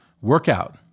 workout